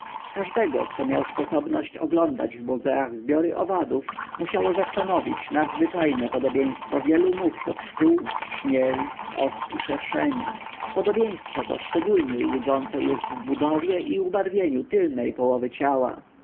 każdego kto miał sposobność oglądać w muzeach zbiory owadów musiało zastanowić nadzwyczajne podobieństwo wielu much do pszczół trzmieli os i szerszeni podobieństwo to szczególniej łudzące jest w budowie i ubarwieniu tylnej połowy ciała